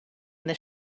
this